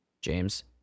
James